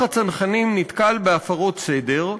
שכוח הצנחנים נתקל בהפרות סדר,